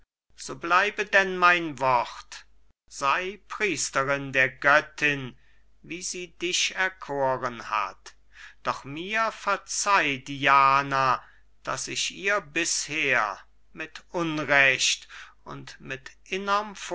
so bleibe denn mein wort sei priesterin der göttin wie sie dich erkoren hat doch mir verzeih diane daß ich ihr bisher mit unrecht und mit